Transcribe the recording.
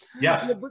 yes